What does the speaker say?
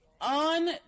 on